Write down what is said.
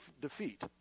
defeat